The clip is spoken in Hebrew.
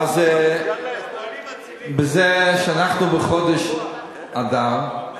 בזה שאנחנו בחודש אדר,